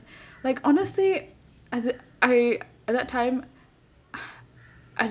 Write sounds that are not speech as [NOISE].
like honestly I I at that time [BREATH] I